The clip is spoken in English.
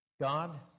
God